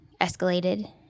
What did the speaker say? escalated